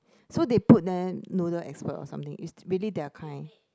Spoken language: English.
so they put them noodles expert or something it's really their kind